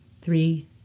three